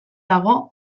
dago